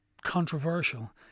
controversial